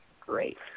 Great